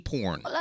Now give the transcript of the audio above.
Porn